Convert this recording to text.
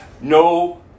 no